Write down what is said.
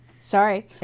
Sorry